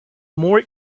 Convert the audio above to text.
more